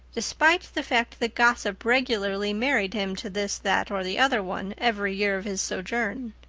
despite the fact that gossip regularly married him to this, that, or the other one, every year of his sojourn.